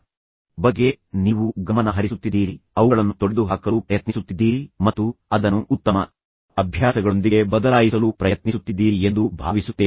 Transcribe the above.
ಕಳೆದ ವಾರ ಪೂರ್ತಿ ಅಭ್ಯಾಸಗಳು ಮತ್ತು ನಿಮ್ಮ ಕೆಟ್ಟ ಅಭ್ಯಾಸಗಳ ಬಗ್ಗೆ ನೀವು ಗಮನ ಹರಿಸುತ್ತಿದ್ದೀರಿ ಅವುಗಳನ್ನು ತೊಡೆದುಹಾಕಲು ಪ್ರಯತ್ನಿಸುತ್ತಿದ್ದೀರಿ ಮತ್ತು ಅದನ್ನು ಉತ್ತಮ ಅಭ್ಯಾಸಗಳೊಂದಿಗೆ ಬದಲಾಯಿಸಲು ಪ್ರಯತ್ನಿಸುತ್ತಿದ್ದೀರಿ ಎಂದು ಭಾವಿಸುತ್ತೇವೆ